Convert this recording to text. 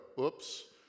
Oops